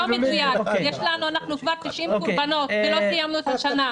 אנחנו כבר 90 קורבנות ועוד לא סיימנו את השנה.